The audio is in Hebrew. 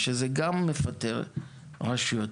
שזה גם מפתה רשויות,